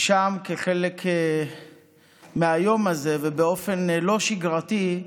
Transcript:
ושם, כחלק מהיום הזה, ובאופן לא שגרתי,